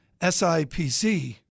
SIPC